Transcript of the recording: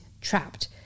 trapped